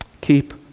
Keep